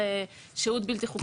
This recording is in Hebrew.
של שהות בלתי חוקית וכולי.